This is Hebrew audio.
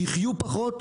יחיו פחות,